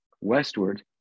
westward